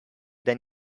than